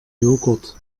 jogurt